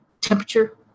Temperature